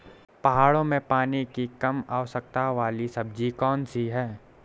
पहाड़ों में पानी की कम आवश्यकता वाली सब्जी कौन कौन सी हैं?